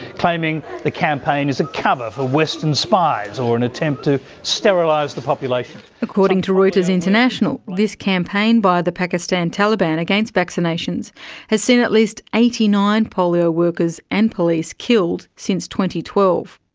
claiming the campaign is a cover for western spies or an attempt to sterilise the population. according to reuters international, this campaign by the pakistan taliban against vaccinations has seen at least eighty nine polio workers and police killed since and twelve.